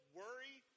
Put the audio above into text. worry